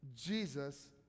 Jesus